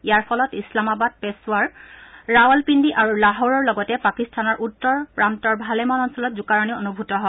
ইয়াৰ ফলত ইছলামাবাদ পেচোৱাৰ ৰাৱলপিণ্ডী আৰু লাহোৰৰ লগতে পাকিস্তানৰ উত্তৰ উত্তৰ প্ৰান্তৰ ভালেমান অঞ্চলত জোকাৰণী অনুভূত হয়